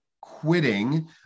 quitting